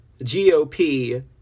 GOP